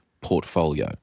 portfolio